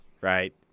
right